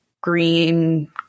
green